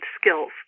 skills